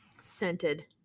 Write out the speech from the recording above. scented